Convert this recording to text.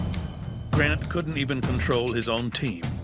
grant couldn't even control his own team.